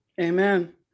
amen